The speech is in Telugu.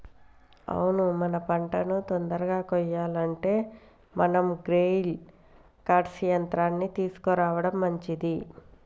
అవును మన పంటను తొందరగా కొయ్యాలంటే మనం గ్రెయిల్ కర్ట్ యంత్రాన్ని తీసుకురావడం మంచిది